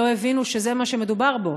לא הבינו שזה מה שמדובר בו.